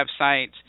websites